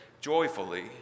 joyfully